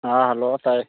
ꯑꯪ ꯍꯜꯂꯣ ꯇꯥꯏ